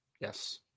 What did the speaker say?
Yes